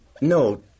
No